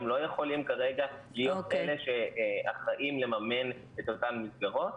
הם לא יכולים כרגע להיות אלה שאחראים לממן את אותן מסגרות.